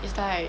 it's like